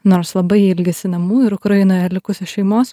nors labai ilgisi namų ir ukrainoje likusios šeimos